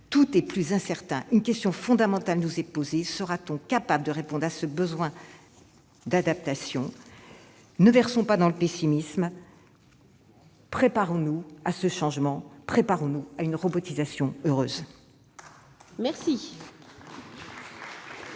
Tout est plus incertain, et une question fondamentale nous est posée : sera-t-on capable de répondre à ce besoin d'adaptation ? Ne versons pas dans le pessimisme, et préparons-nous à ce changement, préparons-nous à une robotisation heureuse !